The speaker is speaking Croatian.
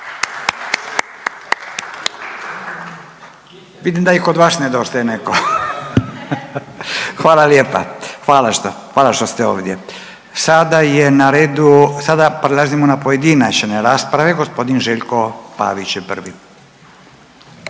hvala što ste ovdje. Sada je na redu, sada prelazimo na pojedinačne rasprave g. Željko Pavić je prvi.